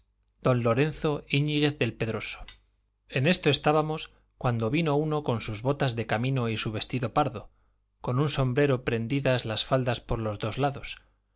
don lorenzo iñíguez del pedroso en esto estábamos cuando vino uno con sus botas de camino y su vestido pardo con un sombrero prendidas las faldas por los dos lados